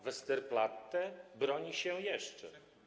Westerplatte broni się jeszcze.